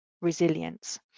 resilience